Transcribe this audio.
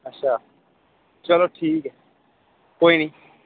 अच्छा चलो ठीक ऐ कोई नी